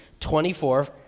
24